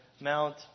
mount